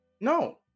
no